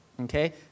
Okay